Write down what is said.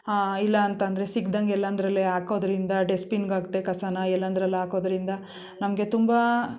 ಇಲ್ಲ ಅಂತಂದ್ರೆ ಸಿಗ್ದಂತೆ ಎಲ್ಲೆಂದರಲ್ಲಿ ಹಾಕೋದರಿಂದ ಡಸ್ಟ್ಬಿನ್ಗೆ ಹಾಕದೆ ಕಸನ ಎಲ್ಲೆಂದರಲ್ಲಿ ಹಾಕೋದರಿಂದ ನಮಗೆ ತುಂಬ